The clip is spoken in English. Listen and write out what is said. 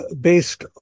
based